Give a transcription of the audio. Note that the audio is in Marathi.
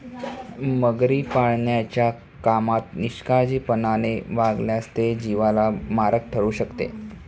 मगरी पाळण्याच्या कामात निष्काळजीपणाने वागल्यास ते जीवाला मारक ठरू शकते